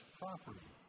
property